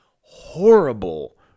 horrible